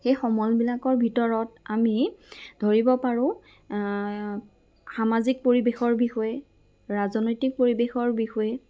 সেই সমলবিলাকৰ ভিতৰত আমি ধৰিব পাৰোঁ আ সামাজিক পৰিৱেশৰ বিষয়ে ৰাজনৈতিক পৰিৱেশৰ বিষয়ে